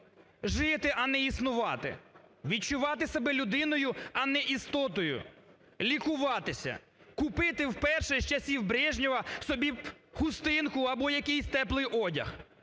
жити, а не існувати, відчувати себе людиною, а не істотою, лікуватися, купити вперше з часів Брежнєва собі хустинку або якийсь теплий одяг.